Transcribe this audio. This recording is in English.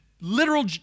literal